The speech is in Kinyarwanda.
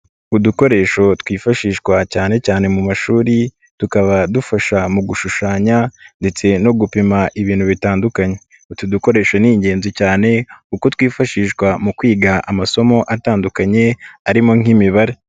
Udukoresho twifashishwa cyane cyane mu mashuri tukaba dufasha mu gushushanya ndetse no gupima ibintu bitandukanye, utu dukoresho ni ingenzi cyane kuko twifashishwa mu kwiga amasomo atandukanye arimo nk'Imibare.